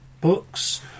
Books